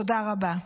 תודה רבה.